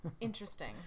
Interesting